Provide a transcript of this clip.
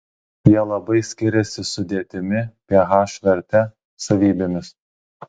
jie labai skiriasi sudėtimi ph verte savybėmis